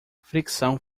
fricção